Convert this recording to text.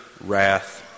wrath